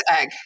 egg